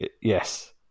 Yes